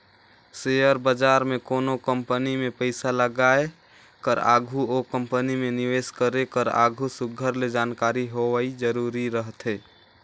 share बजार में कोनो कंपनी में पइसा लगाए कर आघु ओ कंपनी में निवेस करे कर आघु सुग्घर ले जानकारी होवई जरूरी रहथे